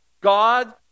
God